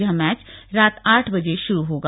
यह मैच रात आठ बजे शुरू होगा